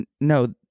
No